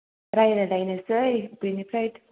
रायलायलायनोसै बेनिफ्राय